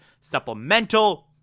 Supplemental